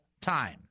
time